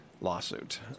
lawsuit